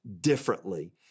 differently